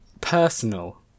Personal